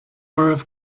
oraibh